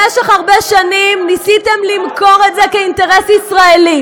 במשך הרבה שנים ניסיתם למכור את זה כאינטרס ישראלי.